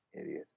Idiot